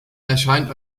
erscheint